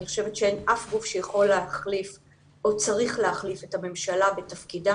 אני חושבת שאין אף גוף שיכול להחליף או צריך להחליף את הממשלה בתפקידה.